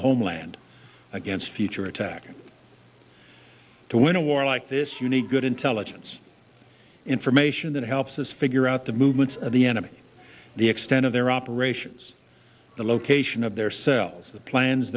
the homeland against future attack to win a war like this you need good intelligence information that helps us figure out the movements of the enemy the extent of their operations the location of their cells the plans